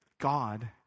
God